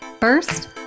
First